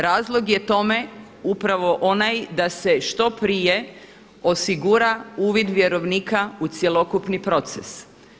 Razlog je tome upravo onaj da se što prije osigura uvid vjerovnika u cjelokupni proces.